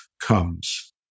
comes